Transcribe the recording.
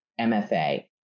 MFA